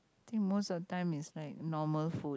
think most of time is like normal food